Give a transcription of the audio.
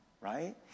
right